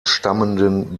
stammenden